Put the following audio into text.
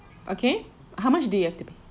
okay how much do you have to